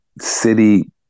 city